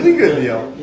good deal.